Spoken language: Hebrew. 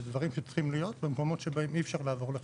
זה דברים שצריכים להיות במקומות שבהם אי אפשר לעבור לחשמל,